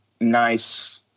nice